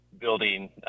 building